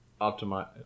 optimize